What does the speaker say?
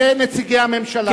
כנציגי הממשלה.